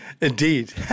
Indeed